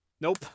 Nope